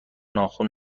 ناخن